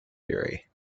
theory